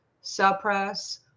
suppress